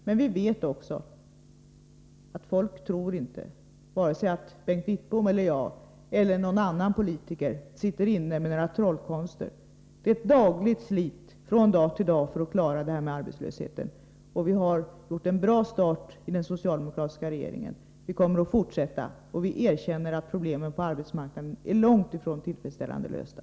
Men vi vet också att folk inte tror att vare sig Bengt Wittbom eller jag eller någon annan politiker kan göra några trollkonster. Det är slit från dag till dag för att klara arbetslösheten. Vi har gjort en bra start i den socialdemokratiska regeringen. Vi kommer att fortsätta. Vi erkänner att problemen på arbetsmarknaden är långt ifrån tillfredsställande lösta.